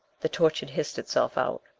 the torch had hissed itself out.